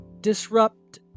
disrupt